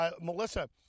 Melissa